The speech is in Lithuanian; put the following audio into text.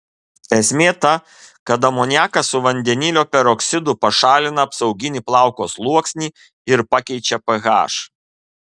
esmė ta kad amoniakas su vandenilio peroksidu pašalina apsauginį plauko sluoksnį ir pakeičia ph